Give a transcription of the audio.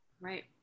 Right